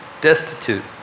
destitute